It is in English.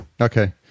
Okay